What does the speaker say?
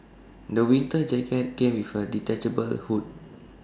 the winter jacket came with A detachable hood